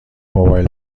موبایل